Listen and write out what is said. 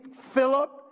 philip